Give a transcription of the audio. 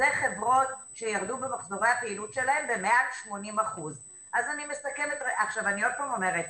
אלה חברות שירדו במחזורי הפעילות שלהם במעל 80%. אני עוד פעם אומרת,